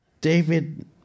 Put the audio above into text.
David